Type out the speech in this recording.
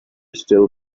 still